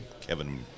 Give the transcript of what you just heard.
Kevin